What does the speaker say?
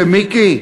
שמיקי,